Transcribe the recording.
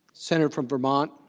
senate from vermont